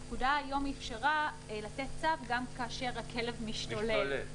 הפקודה היום אפשרה לתת צו גם כאשר הכלב משתולל.